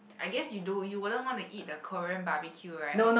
I guess you don't you wouldn't want to eat the Korean Barbeque right